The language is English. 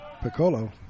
Piccolo